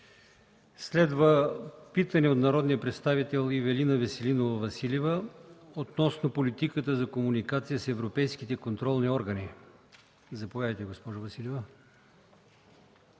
Следва питане от народния представител Ивелина Веселинова Василева относно политиката за комуникация с европейските контролни органи. Заповядайте, госпожо Василева.